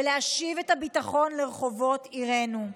ולהשיב את הביטחון לרחובות ערינו.